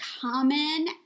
common